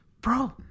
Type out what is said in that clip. bro